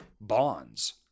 bonds